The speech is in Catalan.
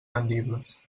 vendibles